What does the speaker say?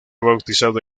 bautizado